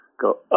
go